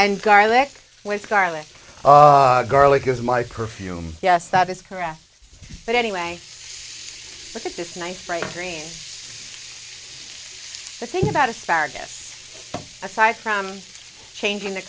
and garlic with garlic garlic is my curfew yes that is correct but anyway look at this nice bright green to think about asparagus aside from changing the